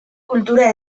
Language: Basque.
kultura